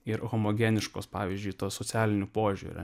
ir homogeniškos pavyzdžiui tuo socialiniu požiūriu